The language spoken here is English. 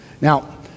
Now